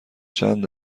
چند